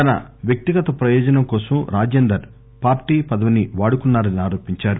తన వ్యక్తిగత ప్రయోజనం కోసం రాజేందర్ పార్టీ పదవిని వాడుకున్నారని ఆరోపించారు